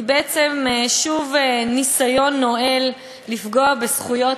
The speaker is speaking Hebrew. היא בעצם שוב ניסיון נואל לפגוע בזכויות